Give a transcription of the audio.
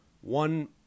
one